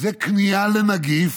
זאת כניעה לנגיף,